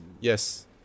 yes